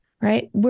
right